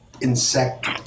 insect